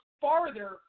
farther